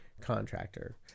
contractor